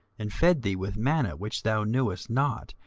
and fed thee with manna, which thou knewest not,